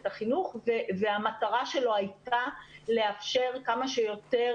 החינוך והמטרה שלו הייתה לאפשר כמה שיותר